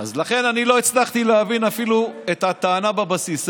אז לכן אני לא הצלחתי להבין אפילו את הטענה בבסיס.